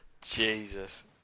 Jesus